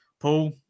Paul